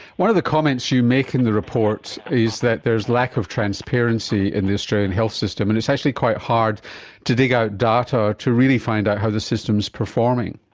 one of the comments you make in the report is that there is lack of transparency in the australian health system, and it's actually quite hard to dig out data to really find out how the system is performing.